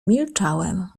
milczałem